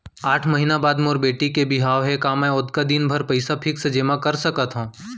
आठ महीना बाद मोर बेटी के बिहाव हे का मैं ओतका दिन भर पइसा फिक्स जेमा कर सकथव?